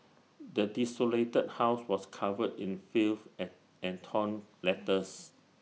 the desolated house was covered in filth and and torn letters